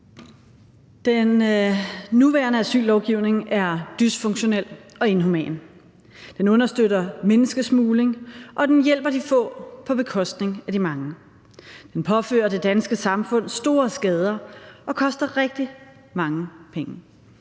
Den nuværende asyllovgivning er dysfunktionel og inhuman. Den understøtter menneskesmugling, og den hjælper de få på bekostning af de mange. Den påfører det danske samfund store skader og koster rigtig mange penge.